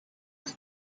his